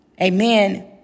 Amen